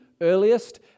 earliest